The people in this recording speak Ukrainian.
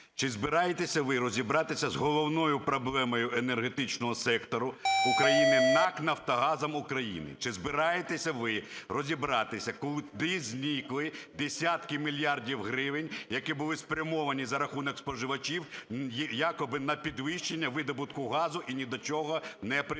Чи збираєтеся ви розібратися з головною проблемою енергетичного сектору України НАК "Нафтогазом України"? Чи збираєтеся ви розібратися, куди зникли десятки мільярдів гривень, які були спрямовані за рахунок споживачів якоби на підвищення видобутку газу, і ні до чого не призвели?